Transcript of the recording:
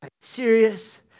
serious